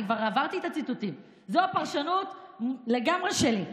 אני כבר עברתי את הציטוטים, זו פרשנות לגמרי שלי.